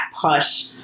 push